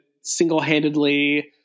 single-handedly